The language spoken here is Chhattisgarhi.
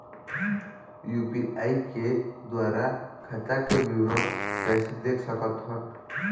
यू.पी.आई के द्वारा खाता के विवरण कैसे देख सकत हन?